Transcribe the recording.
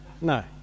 No